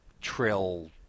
trill